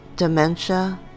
Dementia